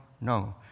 no